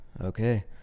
Okay